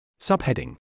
Subheading